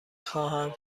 خواهم